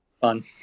fun